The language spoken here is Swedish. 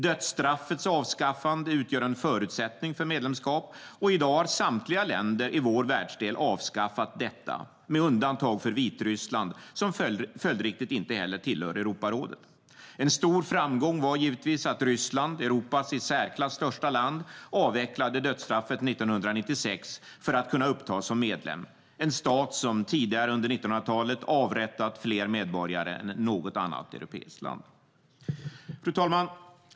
Dödsstraffets avskaffande utgör en förutsättning för medlemskap, och i dag har samtliga länder i vår världsdel avskaffat detta - med undantag för Vitryssland, som följdriktigt inte heller tillhör Europarådet. En stor framgång var givetvis att Ryssland, Europas i särklass största land, avvecklade dödsstraffet 1996 för att kunna upptas som medlem - en stat som tidigare under 1900-talet avrättat fler medborgare än något annat europeiskt land. Fru talman!